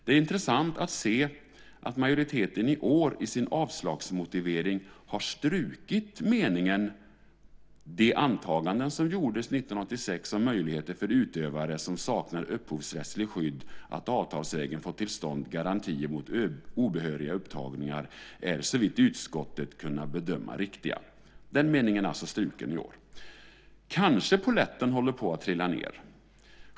Det är intressant att se att majoriteten i år i sin avslagsmotivering har strukit meningen: "De antaganden som gjordes år 1986 om möjligheter för utövare som saknar upphovsrättsligt skydd att avtalsvägen få till stånd garantier mot obehöriga upptagningar är, såvitt utskottet kunnat bedöma, riktiga." Den meningen är alltså struken i år. Kanske polletten håller på att trilla ned.